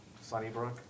Sunnybrook